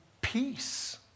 peace